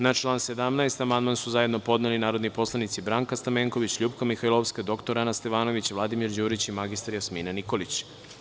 Na član 17. amandman su zajedno podneli narodni poslanici Branka Stamenković, LJupka Mihajlovska, dr. Ana Stevanović, Vladimir Đurić i mr Jasmina Nikolić.